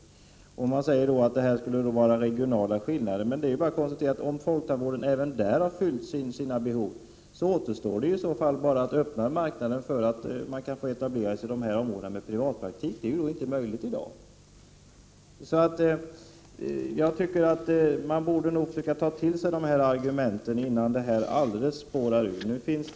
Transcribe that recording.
Christina Pettersson sade att det skulle röra sig om regionala skillnader. Men det är ju bara att konstatera, att om folktandvården även i de olika regionerna har sina behov uppfyllda återstår ju bara att öppna marknaden för etablering av privatpraktiserande tandläkare i dessa områden. Detta är inte möjligt i dag. Man borde således försöka ta till sig dessa argument innan det hela spårar ur alldeles.